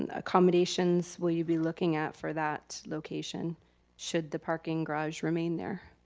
and accommodations will you be looking at for that location should the parking garage remain there?